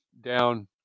down